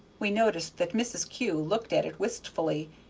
we noticed that mrs. kew looked at it wistfully,